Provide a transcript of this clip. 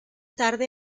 tarde